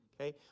okay